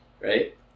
Right